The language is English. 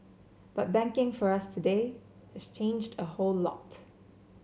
but banking for us today has changed a whole lot